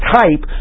type